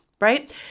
right